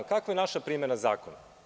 Kakva je naša primena zakona?